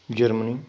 Germany